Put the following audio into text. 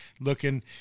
looking